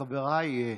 חבריי,